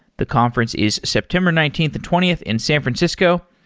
the conference is september nineteenth and twentieth in san francisco.